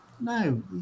No